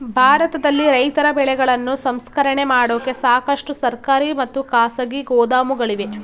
ಭಾರತದಲ್ಲಿ ರೈತರ ಬೆಳೆಗಳನ್ನು ಸಂಸ್ಕರಣೆ ಮಾಡೋಕೆ ಸಾಕಷ್ಟು ಸರ್ಕಾರಿ ಮತ್ತು ಖಾಸಗಿ ಗೋದಾಮುಗಳಿವೆ